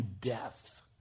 death